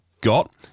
got